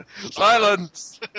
Silence